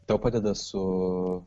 tau padeda su